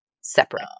separate